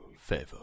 favor